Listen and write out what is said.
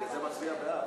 בגלל זה אני מצביע בעד.